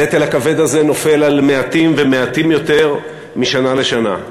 הנטל הכבד הזה נופל על מעטים ומעטים יותר משנה לשנה.